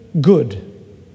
good